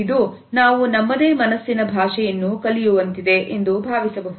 ಇದು ನಾವು ನಮ್ಮದೇ ಮನಸ್ಸಿನ ಭಾಷೆಯನ್ನು ಕಲಿಯುವಂತಿದೆ ಎಂದು ಭಾವಿಸಬಹುದು